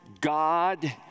God